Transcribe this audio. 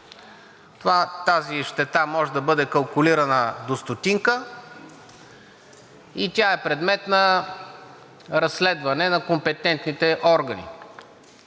Тази щета може да бъде калкулирана до стотинка и тя е предмет на разследване на компетентните органи.